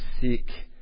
seek